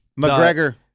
McGregor